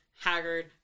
haggard